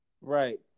right